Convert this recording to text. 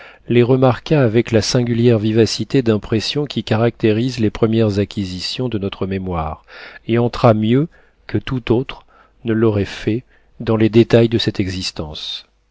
les remarqua avec la singulière vivacité d'impression qui caractérise les premières acquisitions de notre mémoire et entra mieux que tout autre ne l'aurait fait dans les détails de cette existence